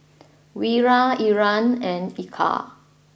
Wira Irfan and Eka